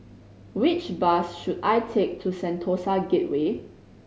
which bus should I take to Sentosa Gateway